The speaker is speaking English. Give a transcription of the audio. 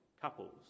couples